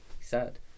sad